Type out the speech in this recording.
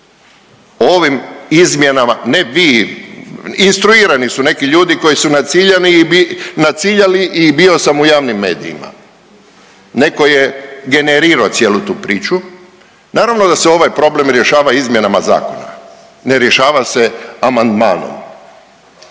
Ovim izmjenama, ne vi, instruirani su neki ljudi koji su naciljani, naciljali i bio sam u javnim medijima. Neko je generirao cijelu tu priču. Naravno da se ovaj problem rješava izmjenama zakona, ne rješava se amandmanom.